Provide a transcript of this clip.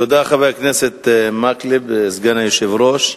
תודה לסגן היושב-ראש,